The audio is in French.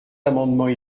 amendements